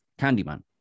Candyman